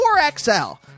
4XL